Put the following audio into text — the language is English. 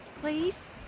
Please